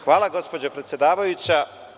Hvala gospođo predsedavajuća.